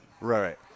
Right